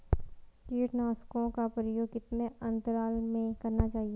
कीटनाशकों का प्रयोग कितने अंतराल में करना चाहिए?